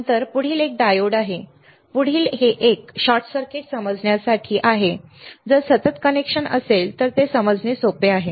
नंतर पुढील एक डायोड आहे पुढील एक हे शॉर्ट सर्किट समजण्यासाठी आहे जर सतत कनेक्शन असेल तर ते समजणे सोपे आहे